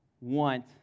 want